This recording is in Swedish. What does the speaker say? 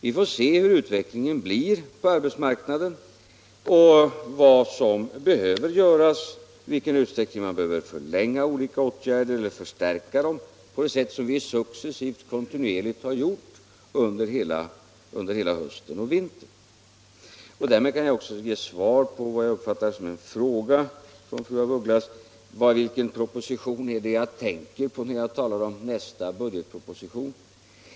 Vi får se hur utvecklingen blir på arbetsmarknaden och vad som behöver göras — i vilken utsträckning man behöver förlänga olika åtgärder eller förstärka dem på det sätt som vi successivt och kontinuerligt har gjort under hela hösten och vintern. Därmed kan jag också ge svar på vad jag uppfattade som en fråga från fru af Ugglas: vilken proposition det är jag tänker på när jag talar om nästa budgetproposition.